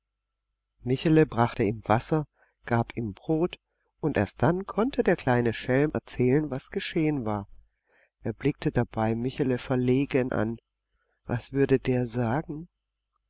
michele brachte ihm wasser gab ihm brot und erst dann konnte der kleine schelm erzählen was geschehen war er blickte dabei michele verlegen an was würde der sagen